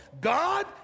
God